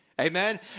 Amen